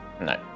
No